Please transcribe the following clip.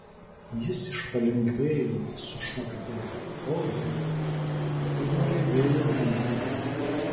jis iš palengvėjimo sušnabždėjo oho ir nuriedėjo namų link